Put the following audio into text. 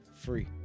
free